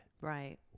Right